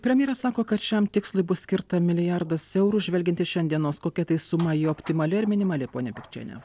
premjeras sako kad šiam tikslui bus skirta milijardas eurų žvelgiant iš šiandienos kokia tai suma ji optimali ar minimali ponia pikčiene